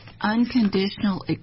Unconditional